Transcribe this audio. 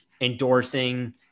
endorsing